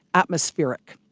atmospheric.